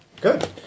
Good